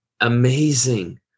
amazing